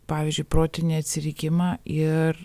pavyzdžiui protinį atsilikimą ir